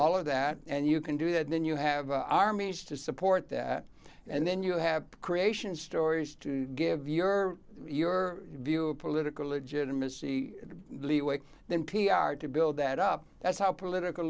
all of that and you can do that then you have armies to support that and then you have creation stories to give your your view of political legitimacy the leeway then p r to build that up that's how political